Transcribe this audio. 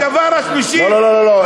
והדבר השלישי, לא, לא, לא, לא, לא.